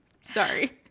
Sorry